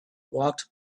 walked